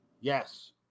yes